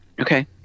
Okay